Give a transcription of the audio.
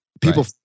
People